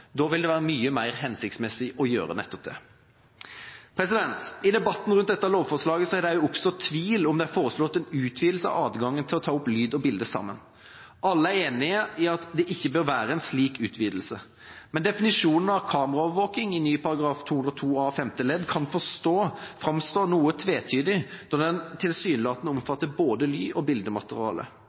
Da vil det være mye mer hensiktsmessig å gjøre nettopp det. I debatten rundt dette lovforslaget har det også oppstått tvil om det er foreslått en utvidelse av adgangen til å ta opp lyd og bilde sammen. Alle er enige i at det ikke bør være en slik utvidelse, men definisjonen av kameraovervåkning i ny § 202 a femte ledd kan framstå noe tvetydig da den tilsynelatende omfatter både lyd- og bildemateriale.